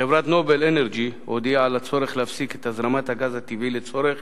חברת "נובל אנרג'י" הודיעה על הצורך להפסיק את הזרמת הגז הטבעי לצורך